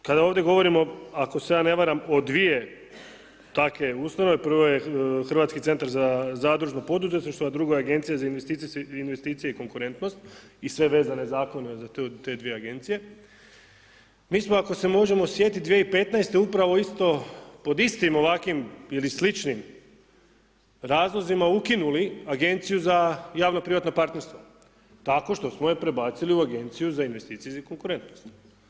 Mi smo, kada ovdje govorimo, ako se ja ne varam, o dvije takve ustanove, prvo je Hrvatski centar za zadružno poduzetništvo, a drugo je Agencija za investicije i konkurentnost i sve vezane Zakone za te dvije Agencije, mi smo ako se možemo sjetiti 2015.-te upravo isto, pod istim ovakvim ili sličnim razlozima ukinuli Agenciju za javno privatno partnerstvo tako što smo je prebacili u Agenciju za investicije i konkurentnost.